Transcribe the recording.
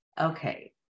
Okay